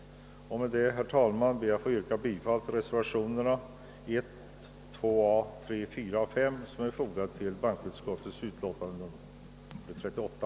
Med det anförda ber jag att få yrka bifall till reservationerna 1, 2 a, 3, 4 och 5 som är fogade till bankoutskottets utlåtande nr 38.